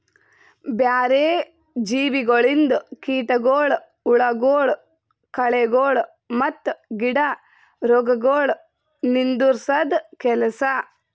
ಬ್ಯಾರೆ ಜೀವಿಗೊಳಿಂದ್ ಕೀಟಗೊಳ್, ಹುಳಗೊಳ್, ಕಳೆಗೊಳ್ ಮತ್ತ್ ಗಿಡ ರೋಗಗೊಳ್ ನಿಂದುರ್ಸದ್ ಕೆಲಸ